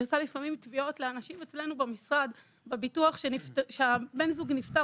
אני עושה לפעמים תביעות לאנשים אצלנו במשרד בביטוח כשבן הזוג נפטר,